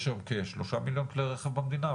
יש היום כ-3 מיליון כלי רכב במדינה,